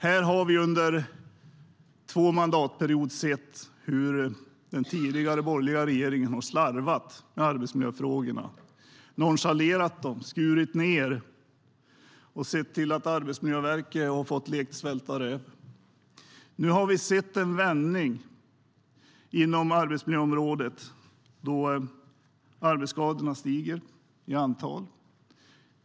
Här har vi under två mandatperioder sett hur den tidigare borgerliga regeringen har slarvat med arbetsmiljöfrågorna, nonchalerat dem, skurit ned och sett till att Arbetsmiljöverket fått leka svälta räv. Nu har vi sett en vändning inom arbetsmiljöområdet då arbetsskadorna ökar i antal.